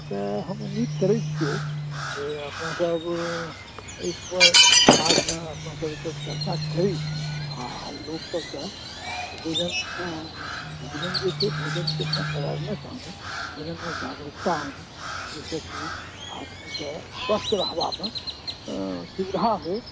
तऽ हम उम्मीद करैत छियै जे अपनासब एहि सब समाजमे अपना सब जे छै चर्चा करी आ लोक सबकेँ भोजन भोजन जे छै भोजनके अवारनेस आनि भोजनमे जागरूकता आनि जाहिसँ की आदमीकेँ स्वस्थ रहबामे सुविधा होय